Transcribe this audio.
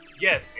yes